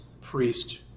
priest